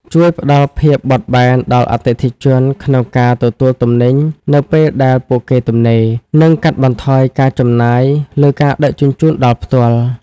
ជួយផ្តល់ភាពបត់បែនដល់អតិថិជនក្នុងការទទួលទំនិញនៅពេលដែលពួកគេទំនេរ និងកាត់បន្ថយការចំណាយលើការដឹកជញ្ជូនដល់ផ្ទាល់។